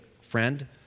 friend